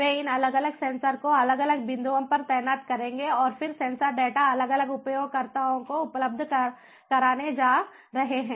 वे इन अलग अलग सेंसर को अलग अलग बिंदुओं पर तैनात करेंगे और फिर सेंसर डेटा अलग अलग उपयोगकर्ताओं को उपलब्ध कराने जा रहे हैं